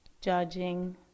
judging